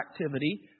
activity